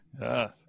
yes